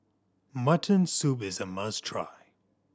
mutton soup is a must try